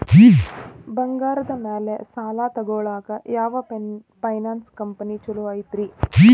ಬಂಗಾರದ ಮ್ಯಾಲೆ ಸಾಲ ತಗೊಳಾಕ ಯಾವ್ ಫೈನಾನ್ಸ್ ಕಂಪನಿ ಛೊಲೊ ಐತ್ರಿ?